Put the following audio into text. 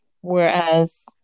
Whereas